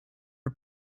are